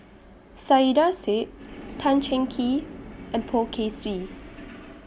Saiedah Said Tan Cheng Kee and Poh Kay Swee